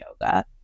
yoga